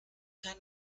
kein